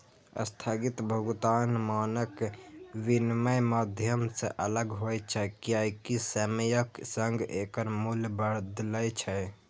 स्थगित भुगतान मानक विनमय माध्यम सं अलग होइ छै, कियैकि समयक संग एकर मूल्य बदलै छै